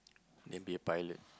then be a pilot